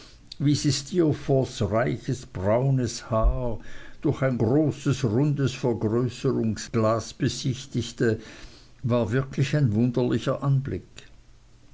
reiches braunes haar durch ein großes rundes vergrößerungsglas befestigte war wirklich ein wunderlicher anblick